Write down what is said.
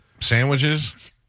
Sandwiches